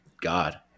God